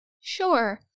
Sure